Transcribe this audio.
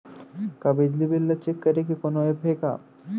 का बिजली बिल ल चेक करे के कोनो ऐप्प हे का?